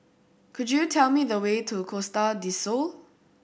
could you tell me the way to Costa Del Sol